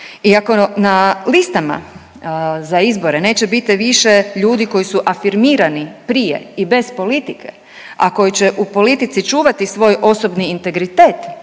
ako na listama za izbore neće biti više ljudi koji su afirmirani prije i bez politike, a koji će u politici čuvati svoj osobni integritet,